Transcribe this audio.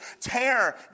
tear